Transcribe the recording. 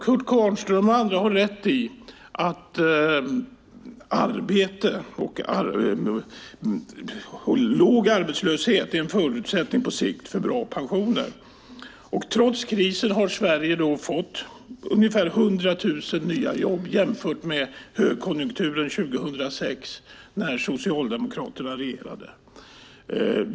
Kurt Kvarnström och andra har rätt i att arbete och låg arbetslöshet på sikt är förutsättningar för bra pensioner. Trots krisen har Sverige fått ungefär hundra tusen nya jobb jämfört med högkonjunkturen 2006 då Socialdemokraterna regerade.